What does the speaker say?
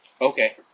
Okay